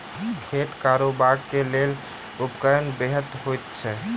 खेत कोरबाक लेल केँ उपकरण बेहतर होइत अछि?